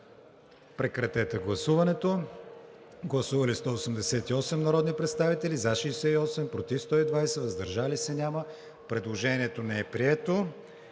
Прегласуваме. Гласували 165 народни представители: за 53, против 75, въздържали се 37. Предложението не е прието.